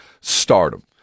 stardom